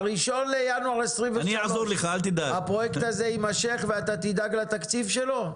ב-1 לינואר הפרויקט הזה יימשך ואתה תדאג לתקציב שלו?